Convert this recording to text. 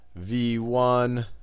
v1